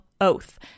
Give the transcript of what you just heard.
oath